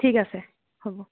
ঠিক আছে হ'ব